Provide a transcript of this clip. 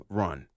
run